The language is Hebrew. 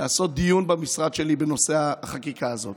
לעשות דיון במשרד שלי בנושא החקיקה הזאת.